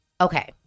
Okay